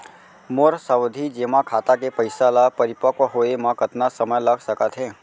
मोर सावधि जेमा खाता के पइसा ल परिपक्व होये म कतना समय लग सकत हे?